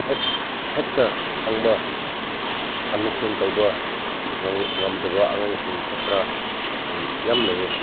ꯍꯦꯛꯇ ꯈꯪꯕ ꯑꯟꯗꯔꯁꯇꯦꯟ ꯇꯧꯕ ꯉꯝꯗꯕ ꯑꯉꯥꯡꯁꯤꯡ ꯁꯥꯠꯇ꯭ꯔꯁꯤꯡ ꯌꯥꯝ ꯂꯩꯌꯦ